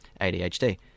ADHD